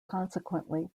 consequently